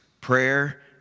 prayer